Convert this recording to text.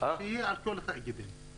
שיהיה על כל התאגידים, אדוני.